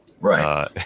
Right